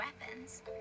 weapons